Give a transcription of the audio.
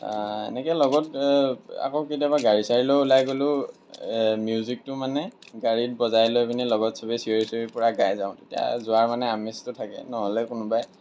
এনেকৈ লগত এ আকৌ কেতিয়াবা গাড়ী চাৰি লৈ ওলাই গ'লেও মিউজিকটো মানে গাড়ীত বজাই লৈ পিনি লগত সবেই চিঞৰি চিঞৰি পূৰা গাই যাওঁ তেতিয়া যোৱাৰ মানে আমেজটো থাকে নহ'লে কোনোবাই